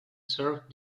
served